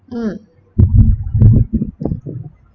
mm